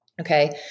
Okay